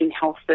health